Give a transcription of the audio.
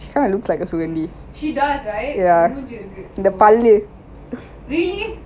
அவ மூஞ்சில எளிதோ பிரச்னை இருக்குல்ல:ava munjila yeatho prechana irukula